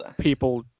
people